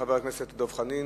חבר הכנסת דב חנין,